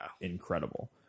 incredible